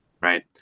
right